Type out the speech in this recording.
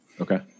Okay